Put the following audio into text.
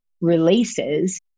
releases